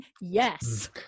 Yes